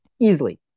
Easily